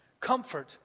Comfort